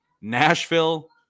Nashville